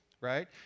right